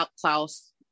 klaus